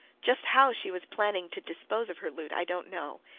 just how she was planning to dispose of her loot i don't know.